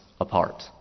apart